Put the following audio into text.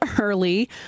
early